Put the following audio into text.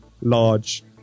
large